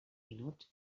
minuts